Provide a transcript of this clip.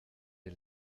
der